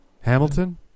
Hamilton